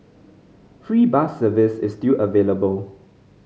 free bus service is still available